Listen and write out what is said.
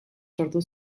sortu